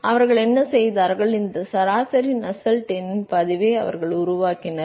எனவே அவர்கள் என்ன செய்தார்கள் இந்த சராசரி நஸ்செல்ட் எண்ணின் பதிவை அவர்கள் உருவாக்கினர்